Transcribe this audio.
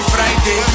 Friday